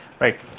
Right